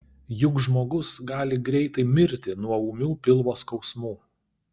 juk žmogus gali greitai mirti nuo ūmių pilvo skausmų